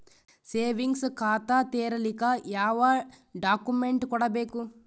Savings ಖಾತಾ ತೇರಿಲಿಕ ಯಾವ ಡಾಕ್ಯುಮೆಂಟ್ ಕೊಡಬೇಕು?